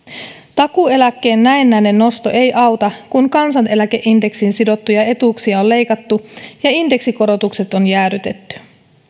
takuueläkkeen näennäinen nosto ei auta kun kansaneläkeindeksiin sidottuja etuuksia on leikattu ja indeksikorotukset on jäädytetty